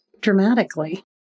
dramatically